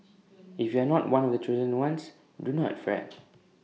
if you are not one of the chosen ones do not fret